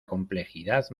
complejidad